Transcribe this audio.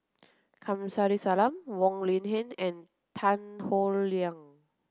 Kamsari Salam Wong Lin Ken and Tan Howe Liang